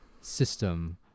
system